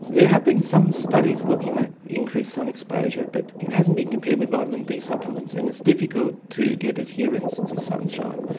there have been some studies looking at increased sun exposure but it hasn't been compared with vitamin d supplements and it's difficult to get adherence to sunshine.